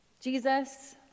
Jesus